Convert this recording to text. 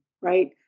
right